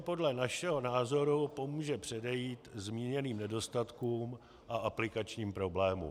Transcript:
Podle našeho názoru to pomůže předejít zmíněným nedostatkům a aplikačním problémům.